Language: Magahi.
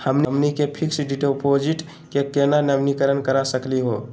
हमनी के फिक्स डिपॉजिट क केना नवीनीकरण करा सकली हो?